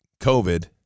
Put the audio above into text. covid